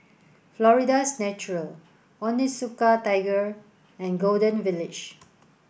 Florida's Natural Onitsuka Tiger and Golden Village